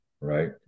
right